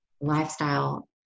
lifestyle